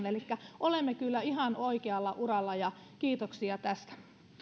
elikkä olemme kyllä ihan oikealla uralla kiitoksia tästä